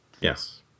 Yes